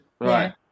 right